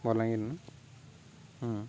ବଲାଙ୍ଗିନ ହୁଁ